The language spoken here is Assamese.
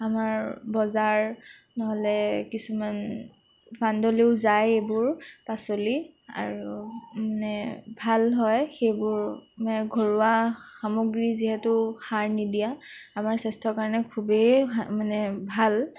আমাৰ বজাৰ নহ'লে কিছুমান ফাণ্ডলৈও যায় এইবোৰ পাচলি আৰু মানে ভাল হয় সেইবোৰ মানে ঘৰুৱা সামগ্ৰী যিহেতু সাৰ নিদিয়া আমাৰ স্বাস্থ্যৰ কাৰণে খুবেই ভা মানে ভাল